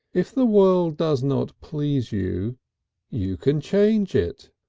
if the world does not please you you can change it.